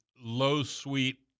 low-sweet